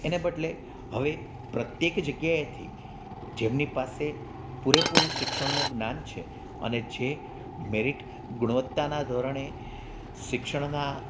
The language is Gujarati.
એને બદલે હવે પ્રત્યેક જગ્યાએથી જેમની પાસે પૂરેપૂરું શિક્ષકનું જ્ઞાન છે અને જે મેરીટ ગુણવત્તાનાં ધોરણે શિક્ષણનાં